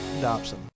Dobson